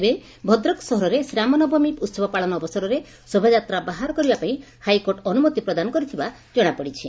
ତେବେ ଭଦ୍ରକ ସହରରେଶ୍ରୀରାମ ନବମୀ ଉହବ ପାଳନ ଅବସରରେ ଶୋଭାଯାତ୍ରା ବାହାର କରିବା ପାଇଁ ହାଇକୋର୍ଟ ଅନୁମତି ପ୍ରଦାନ କରିଥିବା ଜଣାପଡିଛି